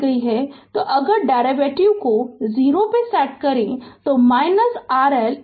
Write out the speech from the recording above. तो अगर डेरिवेटिव को 0 पर सेट करें तो RL RTheveninमिलेगा